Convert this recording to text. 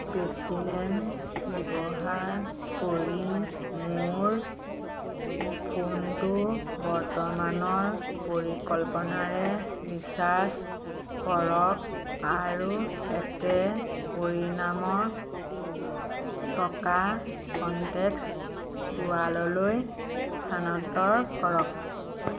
Paytm ব্যৱহাৰ কৰি মোৰ ফোনটো বৰ্তমানৰ পৰিকল্পনাৰে ৰিচাৰ্জ কৰক আৰু একে পৰিমানৰ টকা কনটেক্ট গুৱাললৈ স্থানান্তৰ কৰক